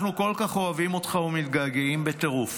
אנחנו כל כך אוהבים אותך ומתגעגעים בטירוף,